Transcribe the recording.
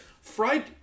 fried